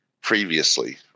previously